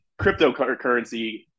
cryptocurrency